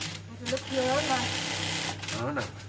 better look to your own life ah no.